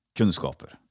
kunskaper